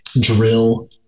drill